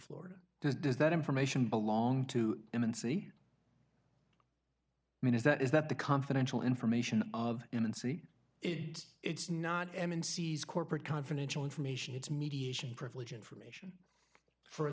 florida does does that information belong to him and see i mean is that is that the confidential information of and see if it's not m n c's corporate confidential information it's mediation privilege information for